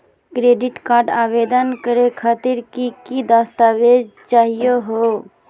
Credit card आवेदन करे खातिर की की दस्तावेज चाहीयो हो?